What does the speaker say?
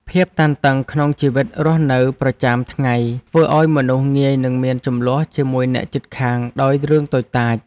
ភាពតានតឹងក្នុងជីវិតរស់នៅប្រចាំថ្ងៃធ្វើឱ្យមនុស្សងាយនឹងមានជម្លោះជាមួយអ្នកជិតខាងដោយរឿងតូចតាច។